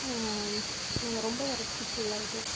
நாங்கள் ரொம்ப வறட்சிக்கு உள்ளாகிட்டோம்